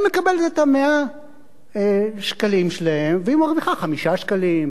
היא מקבלת את 100 השקלים שלהם והיא מרוויחה 5 שקלים,